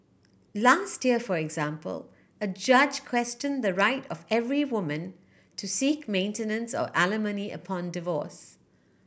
last year for example a judge question the right of every woman to seek maintenance or alimony upon divorce